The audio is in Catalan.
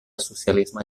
socialisme